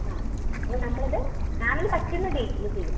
ആ അപ്പോൾ നമ്മളത് മാമിന് പറ്റുന്ന ഡേറ്റിൽ ചെയ്യും